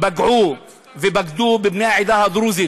פגעו ובגדו בבני העדה הדרוזית,